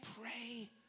pray